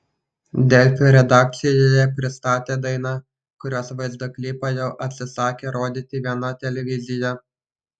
delfi redakcijoje pristatė dainą kurios vaizdo klipą jau atsisakė rodyti viena televizija